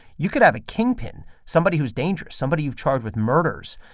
you could have a kingpin somebody who's dangerous, somebody you've charged with murders.